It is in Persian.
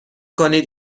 کنید